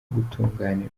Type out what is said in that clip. gutunganirwa